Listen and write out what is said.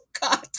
God